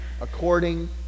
according